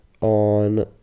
on